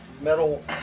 metal